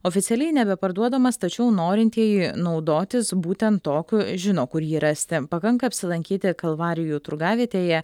oficialiai nebeparduodamas tačiau norintieji naudotis būtent tokiu žino kur jį rasti pakanka apsilankyti kalvarijų turgavietėje